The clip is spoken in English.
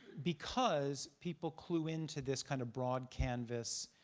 because people clue in to this kind of broad canvas